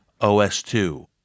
OS2